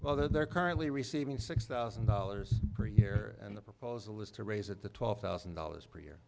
whether they're currently receiving six thousand dollars per year and the proposal is to raise at the twelve thousand dollars per year